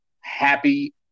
happy